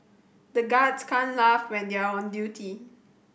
the guards can't laugh when they are on duty